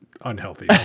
unhealthy